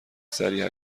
سریع